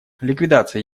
ликвидация